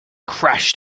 crashed